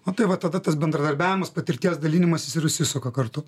na tai va tada tas bendradarbiavimas patirties dalinimasis ir užsisuka kartu